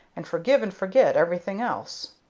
and forgive and forget everything else.